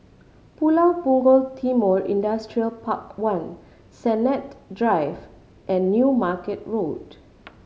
Pulau Punggol Timor Industrial Park One Sennett Drive and New Market Road